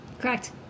Correct